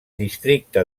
districte